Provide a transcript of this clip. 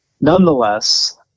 nonetheless